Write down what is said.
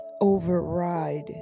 override